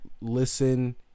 listen